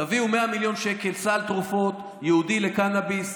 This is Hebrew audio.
תביאו 100 מיליון שקל סל תרופות ייעודי לקנביס,